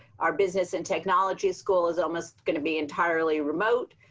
our business and technology school is almost going to be entirely remote